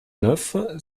neuf